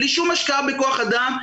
בלי שום השקעה בכוח אדם,